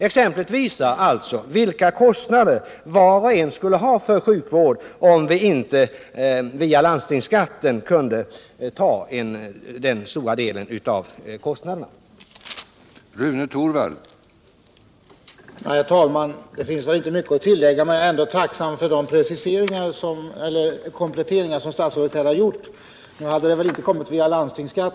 Exemplet visar vilka kostnader var och en skulle behöva betala för sin sjukvård, om vi inte kunde ta den stora delen av kostnaderna via landstingsskatten.